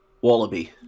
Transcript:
Wallaby